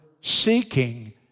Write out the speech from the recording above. seeking